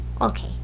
Okay